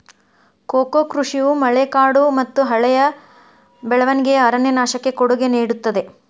cocoa ಕೃಷಿಯು ಮಳೆಕಾಡುಮತ್ತುಹಳೆಯ ಬೆಳವಣಿಗೆಯ ಅರಣ್ಯನಾಶಕ್ಕೆ ಕೊಡುಗೆ ನೇಡುತ್ತದೆ